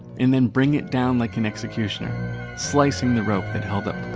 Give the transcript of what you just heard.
and then bring it down like an executioner slicing the rope that held up